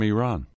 Iran